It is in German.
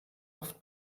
oft